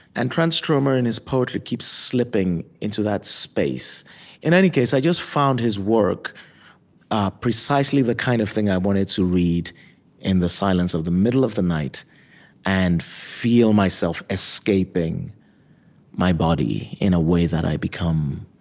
and transtromer, in his poetry, keeps slipping into that space in any case, i just found his work ah precisely the kind of thing i wanted to read in the silence of the middle of the night and feel myself escaping my body in a way that i become